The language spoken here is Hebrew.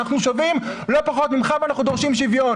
אנחנו שווים לא פחות ממך ואנחנו דורשים שוויון.